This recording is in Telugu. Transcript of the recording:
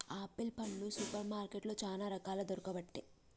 ఆపిల్ పండ్లు సూపర్ మార్కెట్లో చానా రకాలు దొరుకబట్టె